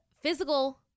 physical